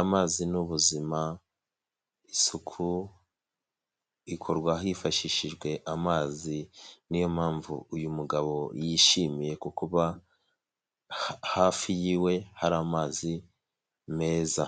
amazi ni ubuzima, isuku ikorwa hifashishijwe amazi niyo mpamvu uyu mugabo yishimiye ku kuba hafi y'iwe hari amazi meza.